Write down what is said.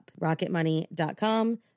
Rocketmoney.com